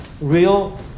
real